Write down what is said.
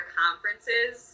conferences